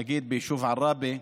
נגיד ביישוב עראבה,